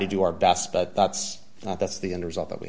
to do our best but that's not that's the end result that we